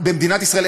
במדינת ישראל,